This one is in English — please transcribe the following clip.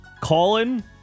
Colin